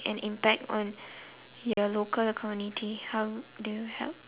an impact on your local community how do you help